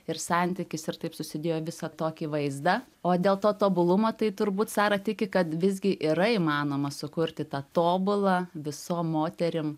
ir santykis ir taip susidėjo visą tokį vaizdą o dėl to tobulumo tai turbūt sara tiki kad visgi yra įmanoma sukurti tą tobulą visom moterim